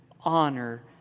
honor